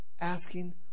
asking